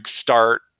start